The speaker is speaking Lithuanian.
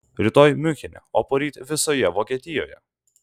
rytoj miunchene o poryt visoje vokietijoje